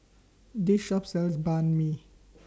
This Shop sells Banh MI